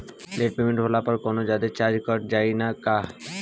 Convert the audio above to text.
Late payment होला पर कौनोजादे चार्ज कट जायी का?